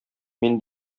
мин